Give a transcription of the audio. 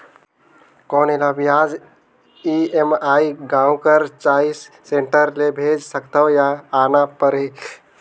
कौन एला ब्याज ई.एम.आई गांव कर चॉइस सेंटर ले भेज सकथव या आना परही?